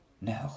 No